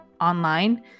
online